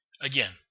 Again